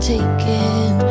Taken